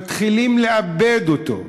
מתחילים לאבד אותו,